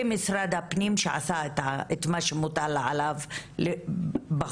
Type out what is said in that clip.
במשרד הפנים שעשה את מה שמוטל עליו בחוק.